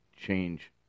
change